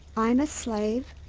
i'm a slave.